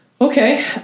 Okay